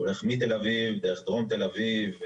הוא הולך מתל אביב דרך דרום תל אביב,